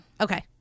Okay